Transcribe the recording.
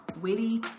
witty